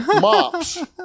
Mops